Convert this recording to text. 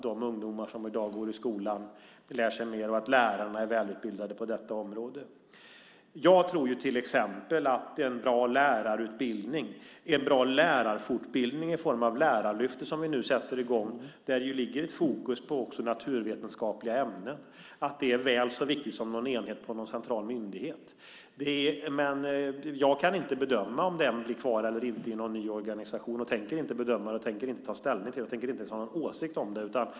De ungdomar som i dag går i skolan måste lära sig mer, och det är viktigt att lärarna är välutbildade på det området. Jag tror till exempel på en bra lärarutbildning och en bra lärarfortbildning i form av Lärarlyftet som vi nu sätter i gång. Där finns ett fokus på naturvetenskapliga ämnen. Det är väl så viktigt som någon enhet på någon central myndighet. Jag kan inte bedöma om det här blir kvar eller inte i någon ny organisation. Jag tänker inte heller bedöma det, och jag tänker inte ta ställning till det. Jag tänker inte ens ha någon åsikt om det.